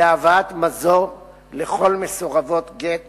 להבאת מזור לכל מסורבות גט